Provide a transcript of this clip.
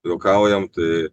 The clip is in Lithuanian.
juokaujam tai